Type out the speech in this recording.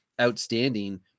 outstanding